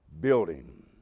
building